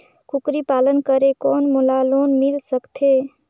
कूकरी पालन करे कौन मोला लोन मिल सकथे?